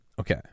Okay